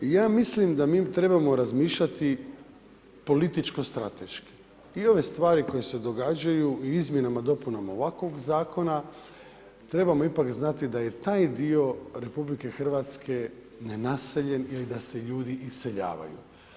Ja mislim da mi trebamo razmišljati političko strateški i ove stvari koje se događaju u izmjenama i dopunama ovakvog zakona trebamo znati da je taj dio RH nenaseljen ili da se ljudi iseljavaju.